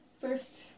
First